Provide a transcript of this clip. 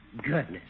Goodness